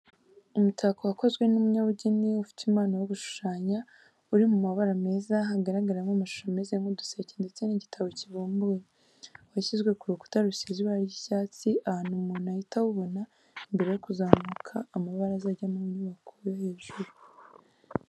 Umutako wakozwe n'umunyabugeni ufite impano yo gushushanya, uri mu mabara meza hagaragaramo amashusho ameze nk'uduseke ndetse n'igitabo kibumbuye, washyizwe ku rukuta rusize ibara ry'icyatsi ahantu umuntu ahita awubona mbere yo kuzamuka amabaraza ajya mu nyubako yo hejuru.